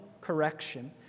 correction